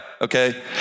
Okay